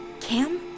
Cam